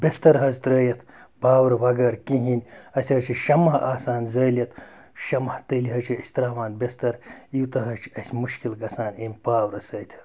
بِستَر حظ ترٲیِتھ پاورٕ وَغٲر کِہیٖنۍ اَسہِ حظ چھِ شَمع آسان زٲلِتھ شَمع تٔلۍ حظ چھِ أسۍ ترٛاوان بِستَر یوٗتاہ حظ چھِ اَسہِ مُشکِل گَژھان امہِ پاورٕ سۭتۍ